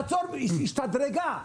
חצור השתדרגה.